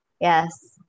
yes